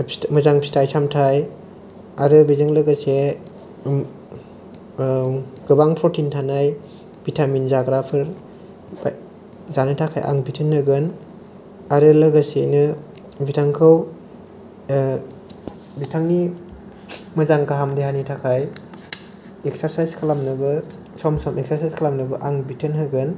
मोजां फिथाय सामथाय आरो बेजों लोगोसे गोबां प्रटिन थानाय भिटामिन जाग्राफोर ओमफ्राय जानो थाखाय आं बिथोन होगोन आरो लोगोसेनो बिथांखौ बिथांनि मोजां गाहाम देहानि थाखाय एक्सारसाइस खालामनोबो सम सम एक्सारसाइस खालामनोबो आं बिथोन होगोन